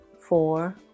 four